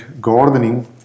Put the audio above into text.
gardening